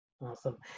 Awesome